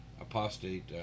apostate